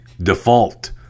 default